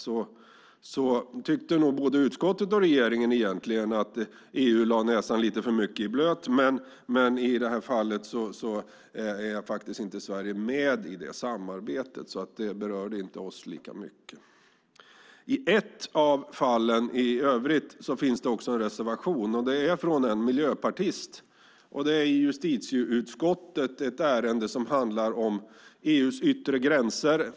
Där tyckte nog både utskottet och regeringen att EU lade näsan lite för mycket i blöt, men frågan berör alltså inte oss särskilt mycket eftersom vi inte är med i det samarbetet. I ett av de andra fallen finns det en reservation från en miljöpartist. Den gäller ett ärende i justitieutskottet som handlar om EU:s yttre gränser.